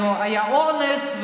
היה אונס,